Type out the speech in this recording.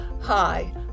Hi